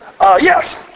yes